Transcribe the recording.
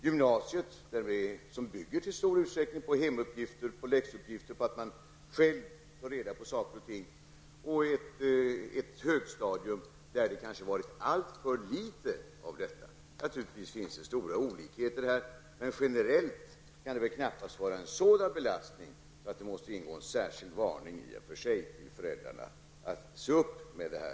Gymnasiet bygger i stor utsträckning på hemuppgifter, på läxuppgifter och på att man själv tar reda på saker och ting. På högstadiet har det kanske varit alltför litet av detta. Det finns naturligtvis stora olikheter här, men det kan väl knappast generellt vara en sådan belastning att det måste utgå en särskild varning till föräldrarna om att se upp med detta.